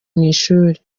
ishuri